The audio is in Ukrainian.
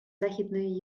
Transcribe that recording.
західної